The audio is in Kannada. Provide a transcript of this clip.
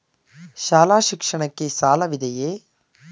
ಶಾಲಾ ಶಿಕ್ಷಣಕ್ಕೆ ಸಾಲವಿದೆಯೇ?